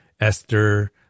Esther